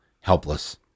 helpless